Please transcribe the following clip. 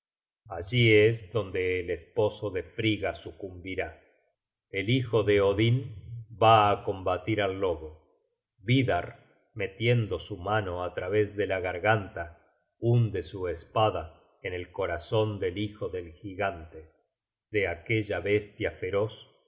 allí es donde el esposo de frigga sucumbirá e hijo de odin va á combatir al lobo vidarr metiendo su mano á través de la garganta hunde su espada en el corazon del hijo del gigante de aquella bestia feroz